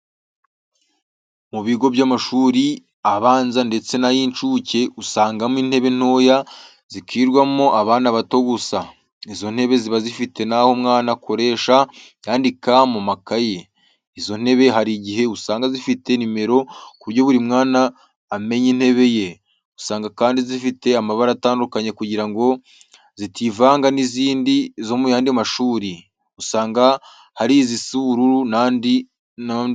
Mu bigo by'amashuri abanza ndetse nay' incuke usangamo intebe ntoya zikwiramo abana bato gusa. Izo ntebe ziba zifite naho umwana akoresha yandika mu makayi, izo ntebe hari igihe usanga zifite numero kuburyo buri mwana amenya intebe ye. Usanga kandi zifite amabara atandukanye kugira ngo zitivanga nizindi zo muyandi mashuri. Usanga hari izisa ubururu nandi mabara.